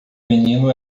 menino